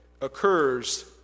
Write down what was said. occurs